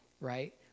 right